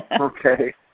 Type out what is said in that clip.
Okay